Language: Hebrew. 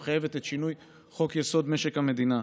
שמחייבת את שינוי חוק-יסוד: משק המדינה.